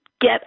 get